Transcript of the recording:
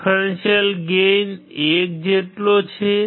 differential gain 1 જેટલો છે